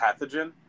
pathogen